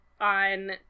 on